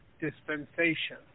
dispensation